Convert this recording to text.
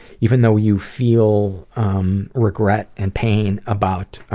even though you feel um regret and pain about